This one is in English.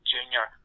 Junior